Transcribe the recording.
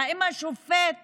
האם לשופט